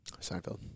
Seinfeld